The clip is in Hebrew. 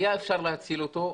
היה אפשר להציל אותו.